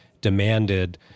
demanded